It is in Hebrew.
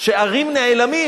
שהרים נעלמים,